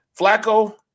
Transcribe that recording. Flacco